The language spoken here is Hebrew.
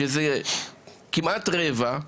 שזה כמעט רבע,